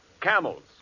camels